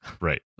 Right